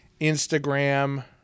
Instagram